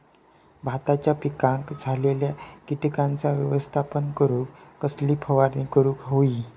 भाताच्या पिकांक झालेल्या किटकांचा व्यवस्थापन करूक कसली फवारणी करूक होई?